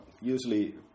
usually